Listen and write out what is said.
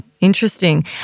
interesting